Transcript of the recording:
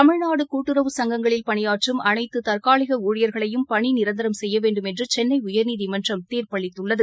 தமிழ்நாடு கூட்டுறவு சங்கங்களில் பணியாற்றும் அனைத்து தற்காலிக ஊழியர்களையும் பணி நிரந்தரம் செய்ய வேண்டும் என்று சென்னை உயா்நீதிமன்றம் இன்று தீர்ப்பளித்துள்ளது